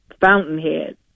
Fountainhead